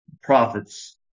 prophets